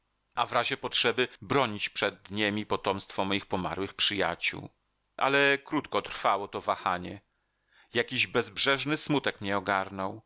a w razie potrzeby bronić przed niemi potomstwo moich pomarłych przyjaciół ale krótko trwało to wahanie jakiś bezbrzeżny smutek mnie ogarnął